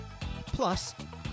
Plus